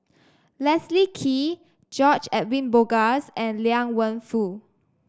Leslie Kee George Edwin Bogaars and Liang Wenfu